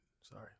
Sorry